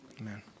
Amen